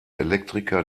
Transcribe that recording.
elektriker